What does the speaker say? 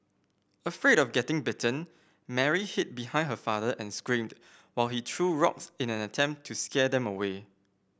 afraid of getting bitten Mary hid behind her father and screamed while he threw rocks in an attempt to scare them away